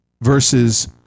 versus